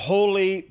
Holy